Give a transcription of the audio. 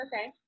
Okay